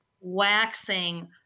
waxing